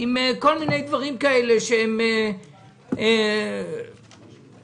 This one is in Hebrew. כמו